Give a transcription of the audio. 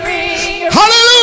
Hallelujah